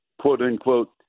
quote-unquote